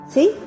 See